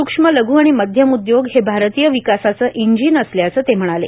सुक्ष्म लघ् आणि मध्यम उदयोग हे भारतीय विकासाचं इंजीन असल्याचं ते म्हणाले